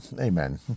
amen